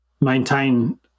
maintain